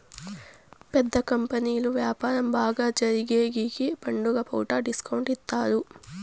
పెద్ద కంపెనీలు వ్యాపారం బాగా జరిగేగికి పండుగ పూట డిస్కౌంట్ ఇత్తారు